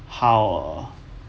how uh